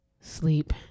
sleep